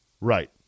Right